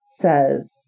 says